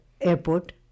airport